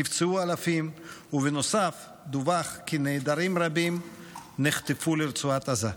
נפצעו אלפים ובנוסף דווח כי נעדרים רבים נחטפו לרצועת עזה.